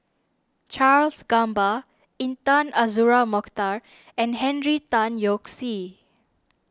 Charles Gamba Intan Azura Mokhtar and Henry Tan Yoke See